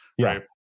right